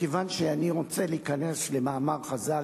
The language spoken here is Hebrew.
כיוון שאני רוצה להיכנס למאמר חז"ל,